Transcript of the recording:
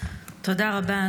תודה רבה.